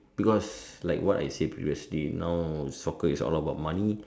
because like what I said previously now soccer is all about money